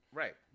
right